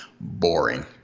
boring